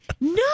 No